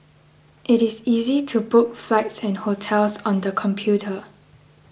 it is easy to book flights and hotels on the computer